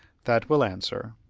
that will answer.